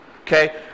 Okay